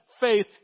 faith